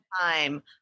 time